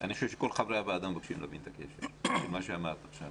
אני חושב שכל חברי הוועדה מבקשים להבין את הקשר של מה שאת אמרת עכשיו.